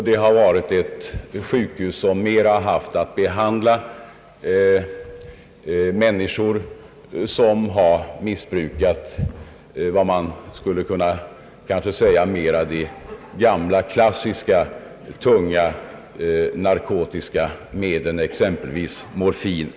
Det har varit ett sjukhus som mera haft att be handla människor som har missbrukat vad som skulle kunna kallas de gamla klassiska, tunga narkotiska medlen, exempelvis morfin.